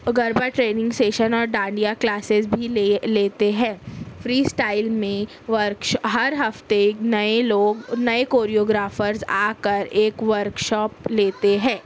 garba training session اور dandiya classes بھی لے لیتے ہیں فِری اسٹائل میں ہر ہفتے نئے لوگ نئے کوریوگرافرز آ کر ایک ورک شاپ لیتے ہیں